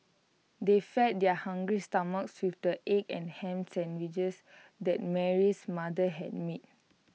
they fed their hungry stomachs with the egg and Ham Sandwiches that Mary's mother had made